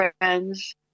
friends